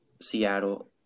Seattle